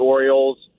Orioles